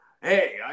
hey